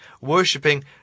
worshipping